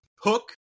Hook